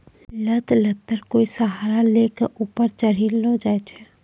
लत लत्तर कोय सहारा लै कॅ ऊपर चढ़ैलो जाय छै